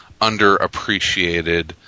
underappreciated